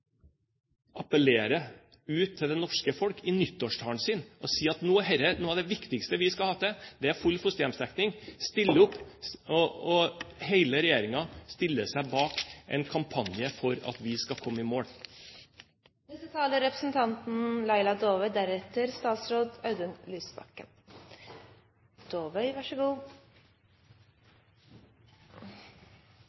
til det norske folk i nyttårstalen sin, og sier at noe av det viktigste vi skal få til, er full fosterhjemsdekning, og at hele regjeringen stiller seg bak en kampanje for at vi skal komme i mål. Jeg skal være den første til å bekrefte at det er ganske krevende å jobbe med barnevernet, også som statsråd.